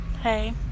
Hey